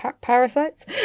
Parasites